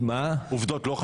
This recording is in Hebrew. חשובות?